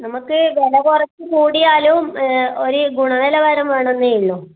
നമുക്ക് വില കുറച്ച് കൂടിയാലും ഒരു ഗുണനിലവാരം വേണമെന്നേയുള്ളു